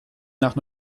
nach